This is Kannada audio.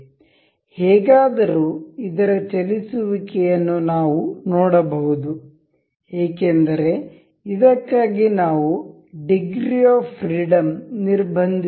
ಹೇಗಾದರೂ ಇದರ ಚಲಿಸುವಿಕೆಯನ್ನು ನಾವು ನೋಡಬಹುದು ಏಕೆಂದರೆ ಇದಕ್ಕಾಗಿ ನಾವು ಡಿಗ್ರಿ ಆಫ್ ಫ್ರೀಡಂ ನಿರ್ಬಂಧಿಸಿಲ್ಲ